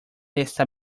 esa